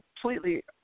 completely